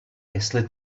jestli